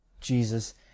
Jesus